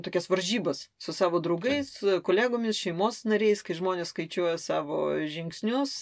tokias varžybas su savo draugais kolegomis šeimos nariais kai žmonės skaičiuoja savo žingsnius